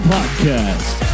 Podcast